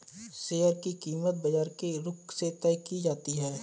share की कीमत बाजार के रुख से तय की जाती है